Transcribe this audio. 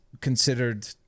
considered